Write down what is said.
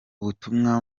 ubutumwa